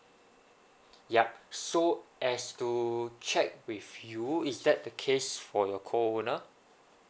yup so as to check with you is that the case for your co owner